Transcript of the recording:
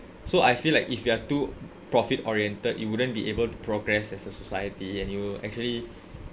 so I feel like if you are too profit oriented you wouldn't be able to progress as a society and you'll actually